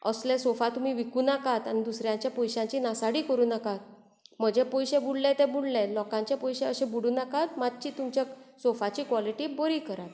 असले सोफा तुमी विकूनाकात आनी दुसऱ्यांच्या पयशांची नाशाडी करूं नाकात म्हजे पयशे बुडले तें बुडले लोकांचे पयशे अशे बुडोंव नाकात मातशी तुमच्या सोफाची कोलिटी बरी करात